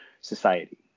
society